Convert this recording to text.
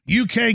UK